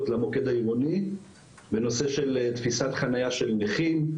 למוקד העירוני בנושא של תפיסת חניה של נכים.